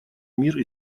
мир